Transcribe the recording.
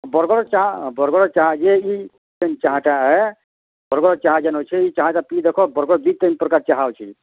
ବରଗଡ଼ ଚାହା ବରଗଡ଼ର ଚାହା ଯେ ଏଇ ଏଇ ଚାହାଟା ଏ ବରଗଡ଼ର ଚାହା ଯେନ୍ ଅଛି ଏଇ ଚାହାଟା ପିଇ ଦେଖ ବରଗଡ଼ ଦୁଇ ତିନ୍ ପ୍ରକାର ଚାହା ଅଛି